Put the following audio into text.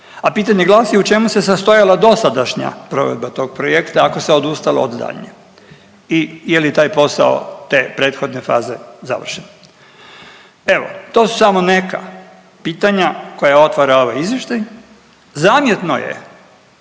a pitanje glasi u čemu se sastojala dosadašnja provedba tog projekta ako se odustala od daljnjeg i je li taj posao te prethodne faze završen? Evo to su samo neka pitanja koja otvara ovaj izvještaj. Zamjetno je